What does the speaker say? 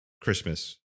Christmas